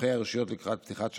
צורכי הרשויות לקראת פתיחת שנה.